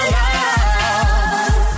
love